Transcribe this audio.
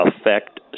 affect